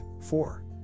four